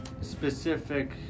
specific